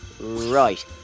Right